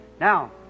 Now